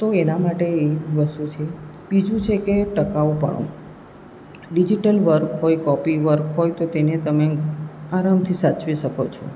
તો એના માટે એક વસ્તુ છે બીજું છે કે ટકાઉપણું ડિજિટલ વર્ક હોય કે કોપી વર્ક હોય તો તેને તમે આરામથી સાચવી શકો છો